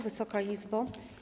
Wysoka Izbo!